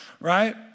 Right